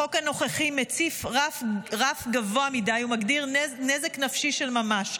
החוק הנוכחי מציב רף גבוה מדי ומגדיר נזק נפשי של ממש,